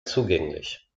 zugänglich